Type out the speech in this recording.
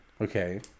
Okay